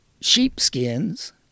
sheepskins